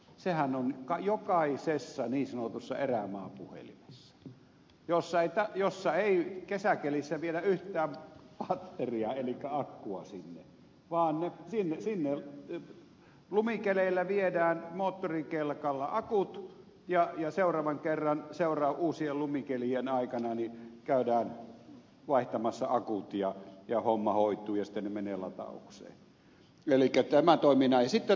sehän on jokaisessa niin sanotussa erämaapuhelimessa johon ei kesäkelissä viedä yhtään patteria elikkä akkua vaan lumikeleillä viedään moottorikelkalla akut ja seuraavan kerran uusien lumikelien aikana käydään vaihtamassa akut ja homma hoituu ja sitten ne menevät lataukseen elikkä tämä toimii näin